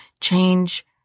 change